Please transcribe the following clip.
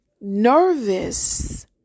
nervous